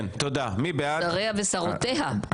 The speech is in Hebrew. שריה ושרותיה.